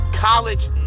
College